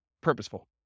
purposeful